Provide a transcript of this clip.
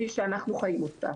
כפי שאנחנו חיים אותה.